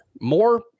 more